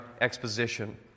exposition